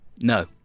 No